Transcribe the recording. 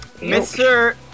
Mr